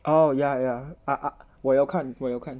oh ya ya ah 我有看我有看